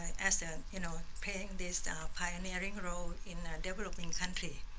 as a, you know, playing this pioneering role in a developing country.